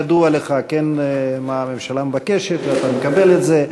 ידוע לך מה הממשלה מבקשת ואתה מקבל את זה?